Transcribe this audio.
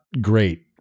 great